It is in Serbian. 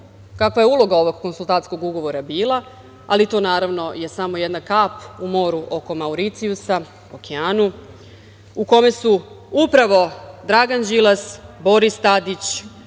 kakva je uloga ovog konsultantskog ugovora bila, ali to je, naravno, samo jedna kap u moru oko Mauricijusa, okeanu, u kome su upravo Dragan Đilas, Boris Tadić,